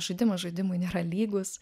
žaidimas žaidimui nėra lygus